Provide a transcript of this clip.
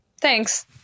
Thanks